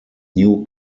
new